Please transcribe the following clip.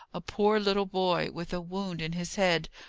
a poor little boy, with a wound in his head,